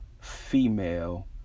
female